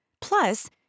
Plus